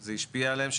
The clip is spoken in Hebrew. זה השפיע עליהם?